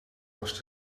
was